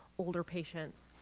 older patients.